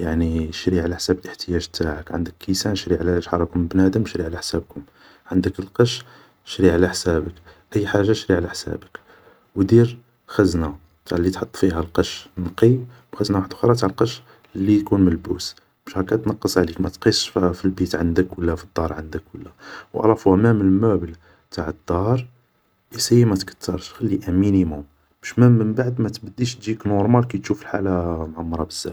يعني شري على حساب الاحتياج تاعك, عندك كيسان, شحال راكم من بنادم شري على حسابكم, عندك القش شري على حسابك, أي حاجة شري على حسابك, و دير خزنة تاع اللي تحط فيها القش النقي و خزنة وحدخرى تاع القش لي يكون ملبوس, باش هاكا تنقص عليك ماتقيسش في في البيت عندك, و لا فالدار عندك ولا, و الافوا مام الموبل تاع الدار ايسيي ما تكترش, خلي ان مينيموم, باش مام من بعد ما تبديش تجيك نورمال كي تشوف الحالة معمرة بزاف